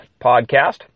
podcast